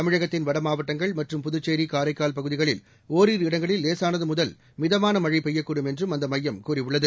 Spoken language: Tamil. தமிழகத்தின் வட மாவட்டங்கள் மற்றும் புதுச்சேரி காரைக்கால் பகுதிகளில் ஒரிரு இடங்களில் லேசானது முதல் மிதமான மழை பெய்யக்கூடும் என்றும் அந்த மையம் கூறியுள்ளது